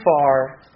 far